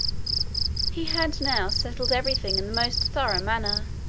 he had now settled every thing in the most thorough manner,